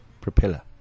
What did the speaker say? Propeller